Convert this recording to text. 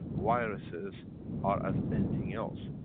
viruses are as anything else.